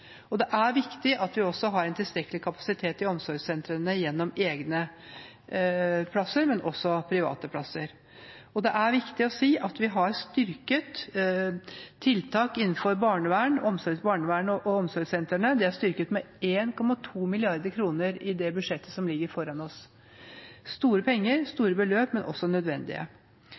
Det er viktig at vi også har tilstrekkelig kapasitet i omsorgssentrene gjennom egne plasser, men også private plasser. Det er viktig å si at vi har styrket tiltak innenfor barnevernet og omsorgssentrene med 1,2 mrd. kr i det budsjettet som ligger foran oss. Det er store penger,